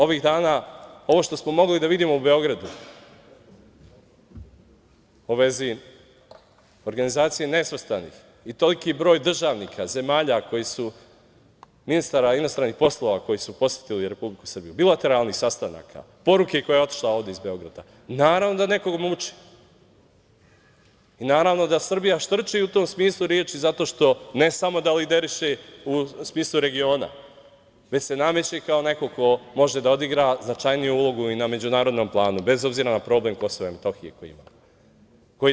Ovih dana, ovo što smo mogli da vidimo u Beogradu u vezi organizacije nesvrstanih i toliki broj državnika zemalja, ministara inostranih poslova, koji su posetili Republiku Srbiju, bilateralnih sastanaka, poruke koja je otišla iz Beograda, naravno da nekog muče i naravno da Srbija štrči u tom smislu reči zato što ne samo da lideriše u smislu regiona već se nameće kao neko ko može da odigra značajniju ulogu i na međunarodnom planu bez obzira na problem KiM koji ima.